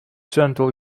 gentle